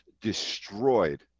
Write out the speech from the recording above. destroyed